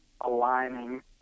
aligning